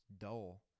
dull